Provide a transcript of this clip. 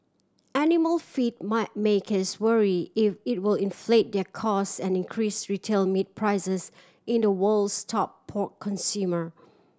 animal feed might makers worry it it will inflate their cost and increase retail meat prices in the world's top pork consumer